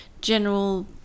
general